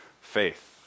faith